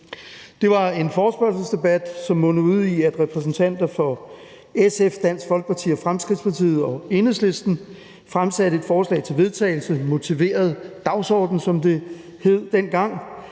Det var en forespørgselsdebat, som mundede ud i, at repræsentanter for SF, Dansk Folkeparti, Fremskridtspartiet og Enhedslisten fremsatte et forslag til vedtagelse – motiveret dagsorden, som det hed dengang